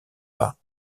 pas